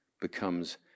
becomes